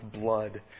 blood